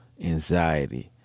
anxiety